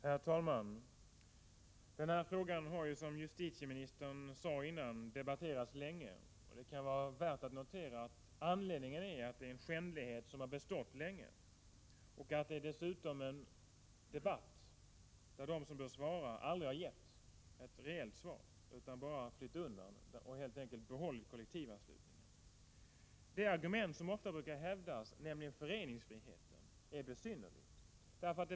Herr talman! Den här frågan har ju, som justitieministern sade, debatterats länge, och det kan vara värt att notera att anledningen är att debatten gäller en skändlighet som har bestått länge. Det är dessutom en debatt där de som bör svara aldrig har gett ett reellt svar. De har bara flytt undan och helt enkelt behållit kollektivanslutningen. Det argument som ofta brukar framföras, nämligen om föreningsfriheten, är besynnerligt.